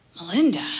Melinda